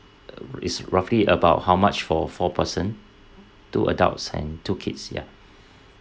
uh is roughly about how much for four person two adults and two kids ya